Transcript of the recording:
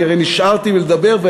אני הרי נשארתי לדבר,